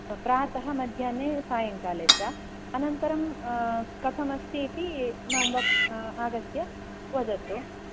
प्रातः मध्याह्ने सायंकाले च अनन्तरं कथमस्तीति माम् व आगत्य वदतु